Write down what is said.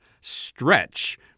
stretch